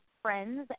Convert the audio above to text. friends